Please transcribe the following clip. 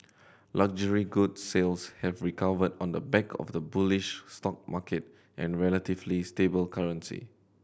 luxury goods sales have recovered on the back of the bullish stock market and relatively stable currency